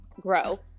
grow